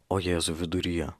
o jėzų viduryje